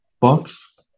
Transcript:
box